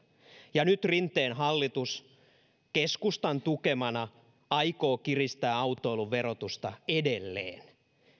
ja nyt rinteen hallitus keskustan tukemana aikoo kiristää autoilun verotusta edelleen